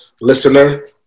listener